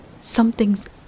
Something's